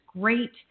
great